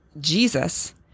Jesus